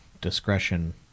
discretion